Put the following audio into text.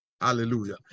Hallelujah